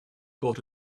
bought